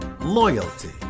Loyalty